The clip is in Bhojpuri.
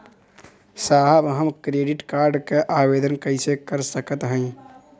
साहब हम क्रेडिट कार्ड क आवेदन कइसे कर सकत हई?